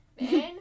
man